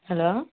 hello